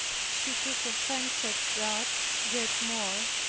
she took offence at that yet more,